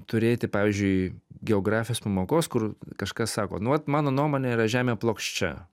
turėti pavyzdžiui geografijos pamokos kur kažkas sako nu vat mano nuomone yra žemė plokščia